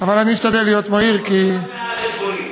אבל אשתדל להיות מהיר כי, רבע שעה על חשבוני.